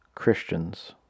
Christians